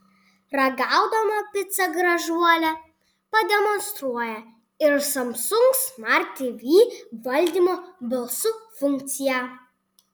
ragaudama picą gražuolė pademonstruoja ir samsung smart tv valdymo balsu funkciją